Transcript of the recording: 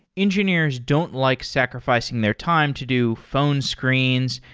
engineers don't like sacrifi cing their time to do phone screens,